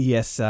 Yes